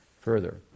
further